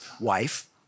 wife